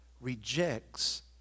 rejects